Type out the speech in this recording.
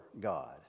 God